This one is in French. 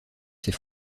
ses